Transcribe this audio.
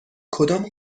کدام